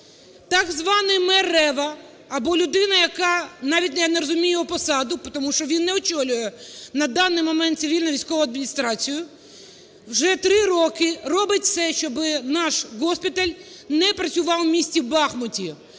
так званий мер Рева, або людина, яка, навіть я не розумію його посаду, тому що він не очолює на даний момент цивільно-військову адміністрацію, вже три роки робить все, щоби наш госпіталь не працював в місті Бахмуті,